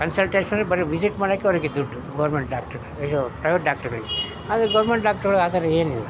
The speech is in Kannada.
ಕನ್ಸಲ್ಟೇಷನ್ ಬರೀ ವಿಸಿಟ್ ಮಾಡೋಕೆ ಅವರಿಗೆ ದುಡ್ಡು ಗೋರ್ಮೆಂಟ್ ಡಾಕ್ಟ್ರು ಇದು ಪ್ರೈವೇಟ್ ಡಾಕ್ಟ್ರುಗಳಿಗೆ ಆದರೆ ಗೌರ್ಮೆಂಟ್ ಡಾಕ್ಟ್ರುಗಳ್ಗೆ ಆ ಥರ ಏನಿಲ್ಲ